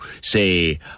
say